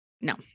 No